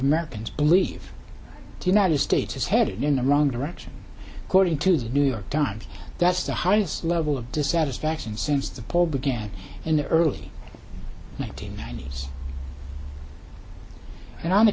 americans believe the united states is headed in the wrong direction according to the new york times that's the highest level of dissatisfaction since the poll began in the early one nine hundred ninety s and on